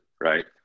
Right